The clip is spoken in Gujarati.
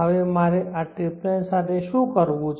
હવે મારે આ ટ્રિપ્લેન સાથે શું કરવું છે